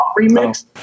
remix